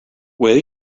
will